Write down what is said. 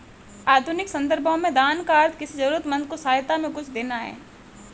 आधुनिक सन्दर्भों में दान का अर्थ किसी जरूरतमन्द को सहायता में कुछ देना है